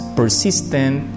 persistent